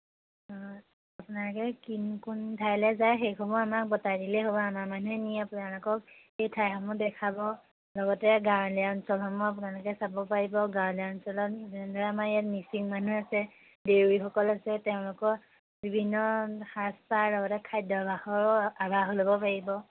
অঁ আপোনালোকে কিন কোন ঠাইলৈ যায় সেইসমূহ আমাক বটাই দিলেই হ'ব আমাৰ মানুহে নি আপোনালোকক সেই ঠাইসমূহ দেখাব লগতে গাঁৱলীয়া অঞ্চলসমূহ আপোনালোকে চাব পাৰিব গাঁৱলীয়া অঞ্চলত যেনেদৰে আমাৰ ইয়াত মিচিং মানুহ আছে দেউৰীসকল আছে তেওঁলোকৰ বিভিন্ন সাজপাৰ লগতে খাদ্যভাসৰো আভাস ল'ব পাৰিব